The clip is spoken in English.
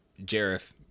jareth